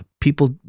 people